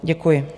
Děkuji.